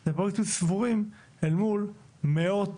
זה פרויקטים ספורים אל מול מאות,